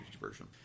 version